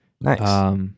Nice